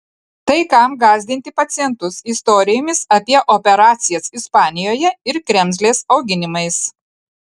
tai kam gąsdinti pacientus istorijomis apie operacijas ispanijoje ir kremzlės auginimais